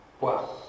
Wow